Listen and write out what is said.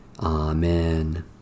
Amen